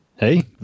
Hey